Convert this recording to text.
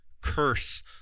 Curse